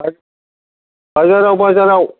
होथ बाजाराव बाजाराव